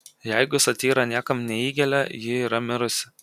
jeigu satyra niekam neįgelia ji yra mirusi